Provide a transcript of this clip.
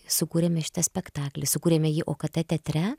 sukūrėme šitą spektaklį sukūrėme jį okt teatre